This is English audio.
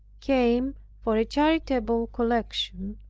came for a charitable collection,